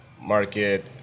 market